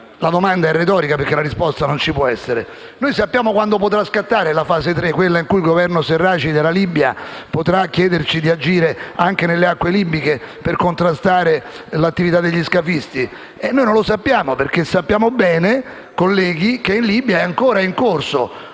la domanda è retorica perché non può avere risposta. Sappiamo quando potrà scattare la fase 3, quella in cui il Governo Serraj della Libia potrà chiederci di agire anche nelle acque libiche per contrastare l'attività degli scafisti? Non lo sappiamo, perché siamo al corrente, colleghi, che in Libia è ancora in corso